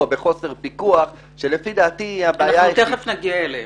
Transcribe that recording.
בחוסר פיקוח שלפי דעתי -- תכף נגיע גם אליהם.